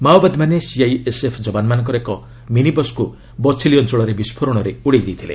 ମାଓବାଦୀମାନେ ସିଆଇଏସ୍ଏଫ୍ ଯବାନମାନଙ୍କର ଏକ ମିନିବସ୍କୁ ବଛେଲୀ ଅଞ୍ଚଳରେ ବିସ୍ଫୋରଣରେ ଉଡ଼େଇ ଦେଇଥିଲେ